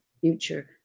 future